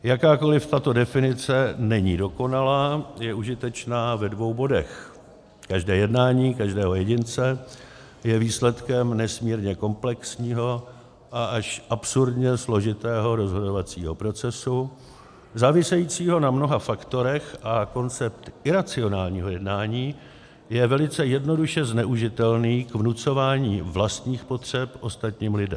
Jakkoliv tato definice není dokonalá, je užitečná ve dvou bodech každé jednání každého jedince je výsledkem nesmírně komplexního a až absurdně složitého rozhodovacího procesu závisejícího na mnoha faktorech a koncept iracionálního jednání je velice jednoduše zneužitelný k vnucování vlastních potřeb ostatním lidem.